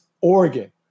Oregon